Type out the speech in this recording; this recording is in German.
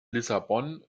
lissabon